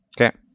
Okay